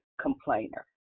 complainer